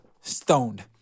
stoned